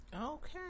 Okay